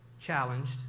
challenged